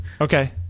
Okay